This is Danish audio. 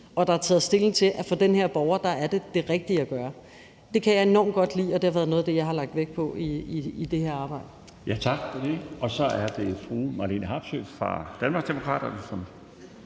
og det er bestemt, at det for den her borger er det rigtige at gøre. Det kan jeg enormt godt lide, og det har været noget af det, jeg har lagt vægt på i det her arbejde.